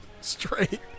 straight